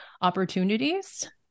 opportunities